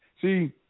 See